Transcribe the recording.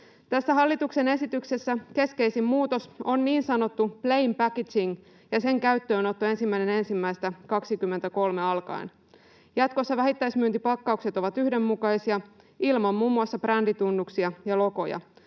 Tässä hallituksen esityksessä keskeisin muutos on niin sanottu plain packaging ja sen käyttöönotto 1.1.23 alkaen. Jatkossa vähittäismyyntipakkaukset ovat yhdenmukaisia, ilman muun muassa bränditunnuksia ja logoja.